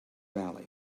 valley